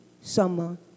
summer